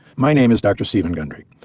my name is dr. steven gundry,